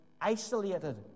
isolated